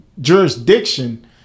jurisdiction